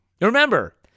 Remember